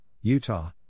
Utah